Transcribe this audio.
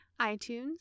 iTunes